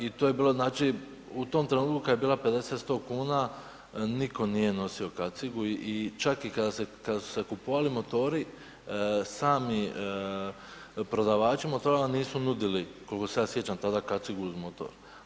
I to je bilo znači u tom trenutku kad je bila 50, 100 kuna nitko nije nosio kacigu i čak i kada su se kupovali motori sami prodavači motora vam nisu nudili, koliko se ja sjećam tada kacigu uz motor.